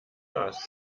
gas